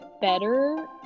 better